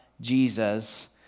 Jesus